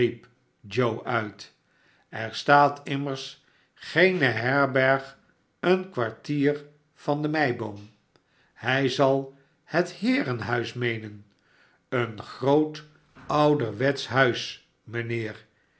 joe uit er staat immers geene herberg een kwartier van de meiboom hij zal het heerenhuis meenen een groot ouderwetsch huis mijnheer